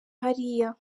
hariya